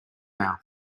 mouth